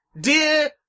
Dear